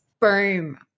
Boom